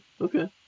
okay